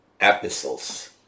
Epistles